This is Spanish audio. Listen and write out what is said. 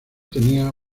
tenía